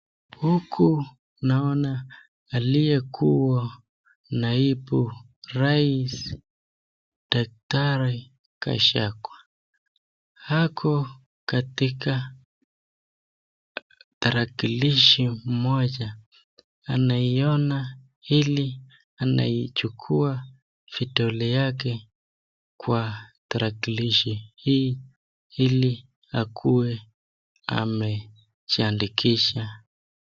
Huku naona aliyekuwa naibu rais daktari Gachagua, ako katika tarakilishi moja anaichukua vidole yake kwa tarakilishi ili akue amejiandikisha.